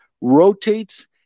rotates